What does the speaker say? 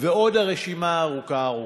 ועוד הרשימה ארוכה ארוכה.